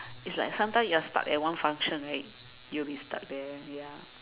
it's like sometime you are stuck at one function right you will be stuck there ya